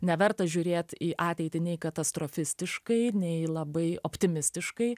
neverta žiūrėt į ateitį nei katastrofistiškai nei labai optimistiškai